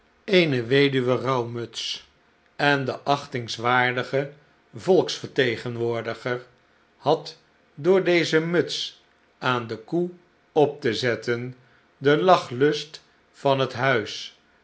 eene weduwe rouwmuts en de achtingswaardige volksvertegenwoordiger had door deze muts aan de koe op te zetten den lachlust van het huis